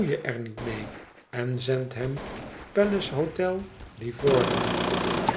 je er niet mee en zend hem palace hotel livorno